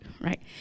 right